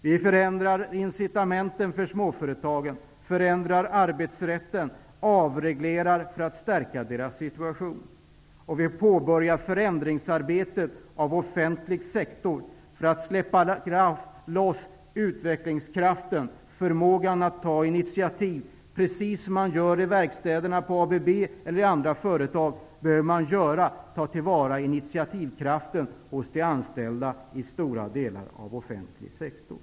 Vi förändrar incitamenten för småföretagen, förändrar arbetsrätten och avreglerar för att stärka deras situation. Vi påbörjar arbetet med förändringen av offentlig sektor, för att släppa loss utvecklingskraften och förmågan att ta initiativ. Precis som man gör i verkstäderna i ABB eller i andra företag, behöver man ta till vara initiativkraften hos de anställda i stora delar av offentlig sektor.